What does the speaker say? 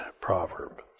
proverb